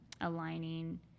aligning